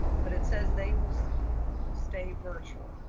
but it says they will stay virtual